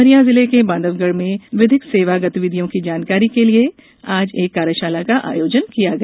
उमरिया जिले के बांधवगढ़ में विधिक सेवा गतिविधियों की जानकारी के लिये आज एक कार्यशाला का आयोजन किया गया